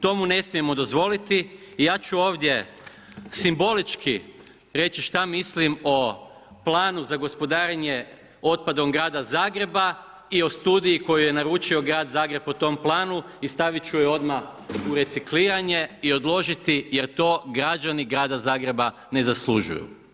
To mu ne smijemo dozvoliti i ja ću ovdje simbolički reći šta mislim o planu za gospodarenje otpadom grada Zagreba i o studiji koju je naručio grad Zagreb po tom planu i stavit ću je odmah i recikliranje i odložiti jer to građani grada Zagreba ne zaslužuju.